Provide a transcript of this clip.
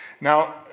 Now